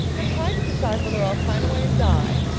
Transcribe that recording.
and i'm trying to decide whether i'll pine away and die,